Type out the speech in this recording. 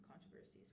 controversies